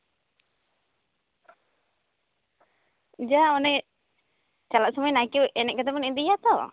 ᱡᱟ ᱚᱱᱮ ᱪᱟᱞᱟᱜ ᱥᱚᱢᱚᱭ ᱱᱟᱭᱠᱮ ᱮᱱᱮᱡ ᱠᱟᱛᱮ ᱵᱚᱱ ᱤᱫᱤᱭᱮᱭᱟ ᱛᱚ